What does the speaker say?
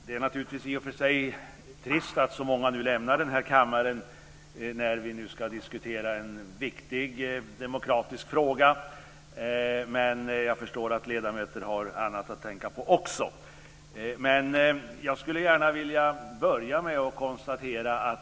Herr talman! I och för sig är det trist att så många lämnar kammaren nu när vi ska diskutera en viktig demokratisk fråga men jag förstår att ledamöterna också har annat att tänka på.